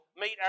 meet